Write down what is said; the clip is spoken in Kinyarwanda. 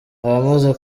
abamaze